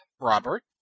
Robert